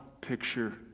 picture